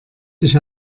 sich